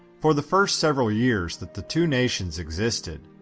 for the first several years that the two nations existed,